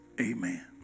Amen